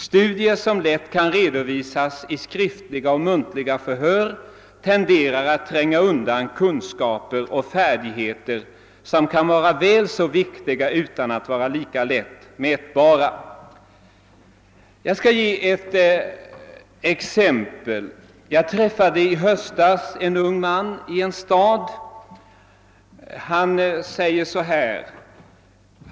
Studier som lätt kan redovisas i skriftliga och muntliga förhör tenderar att tränga undan kunskaper och färdigheter, som kan vara väl så viktiga utan att vara lika lätt mätbara. Jag skall nämna ett exempel på detta. Jag träffade i höstas en ung man i en stad, och han berättade följande.